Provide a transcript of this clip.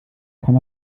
kann